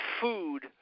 Food